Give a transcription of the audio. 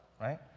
right